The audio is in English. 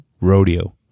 rodeo